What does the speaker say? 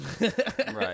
right